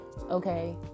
okay